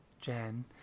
Jen